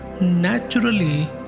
naturally